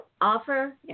Offer